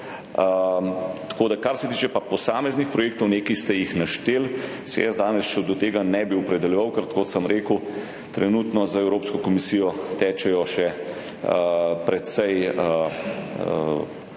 virov. Kar se tiče pa posameznih projektov, nekaj ste jih našteli, se jaz danes do tega še ne bi opredeljeval, ker kot sem rekel, trenutno z Evropsko komisijo tečejo še precej